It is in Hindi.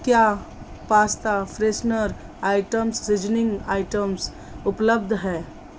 क्या pasta freshener items seasoning items उपलब्ध है